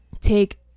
take